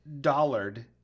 Dollard